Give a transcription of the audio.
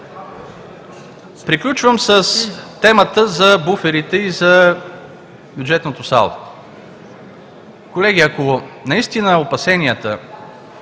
Приключвам с темата за буферите и за бюджетното салдо. Колеги, ако наистина опасенията,